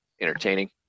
entertaining